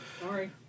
Sorry